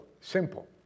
Simple